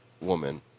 woman